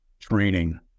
training